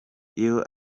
iyo